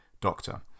Doctor